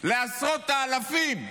לעשרות האלפים שחרדים,